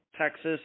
Texas